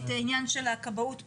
את העניין של כבאות פתוח.